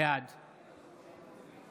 בעד